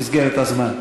באמת, במסגרת הזמן.